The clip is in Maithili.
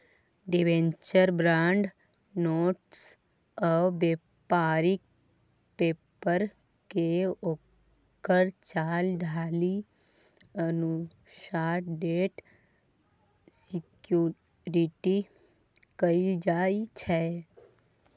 डिबेंचर, बॉड, नोट्स आ बेपारिक पेपरकेँ ओकर चाल ढालि अनुसार डेट सिक्युरिटी कहल जाइ छै